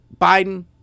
biden